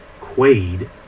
Quaid